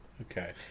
Okay